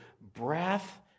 breath